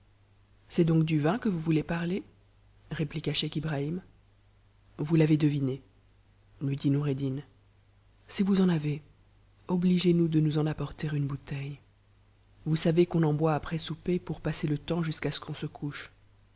c'est donc du vin que vous voulez parler rëp iqua scheich ibrahim vous l'avez deviné lui dit noureddin si vous en avez obligez nous de nous en apporter une bouteiiïe vous savez qu'on en boit après souper pour passer le temps jusqu'à ce qu'on se couche